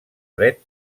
dret